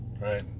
right